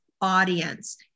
audience